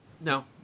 No